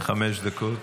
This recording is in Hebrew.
חמש דקות,